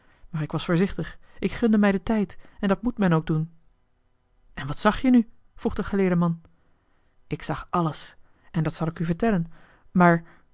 maar ik was voorzichtig ik gunde mij den tijd en dat moet men ook doen en wat zag je nu vroeg de geleerde man ik zag alles en dat zal ik u vertellen